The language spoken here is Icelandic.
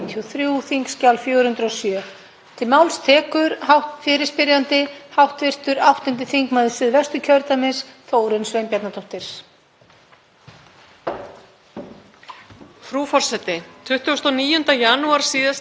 Frú forseti. Hinn 29. janúar síðastliðinn sendi Fangavarðafélags Íslands ákall til dómsmálaráðherra og heilbrigðisráðherra ásamt fangelsismálastjóra og formanni stéttarfélagsins Sameykis.